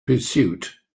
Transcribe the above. pursuit